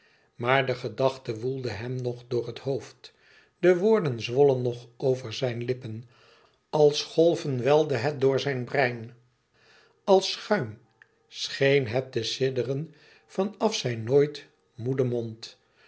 maar de gedachte woelde hem nog door het hoofd de woorden zwollen nog over zijn lippen als golven welde het door zijn brein als schuim scheen het te sidderen van af zijn nooit moeden mond